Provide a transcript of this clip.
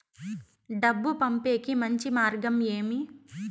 డబ్బు పంపేకి మంచి మార్గం ఏమి